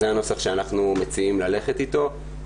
זה הנוסח שאנחנו מציעים ללכת אתו,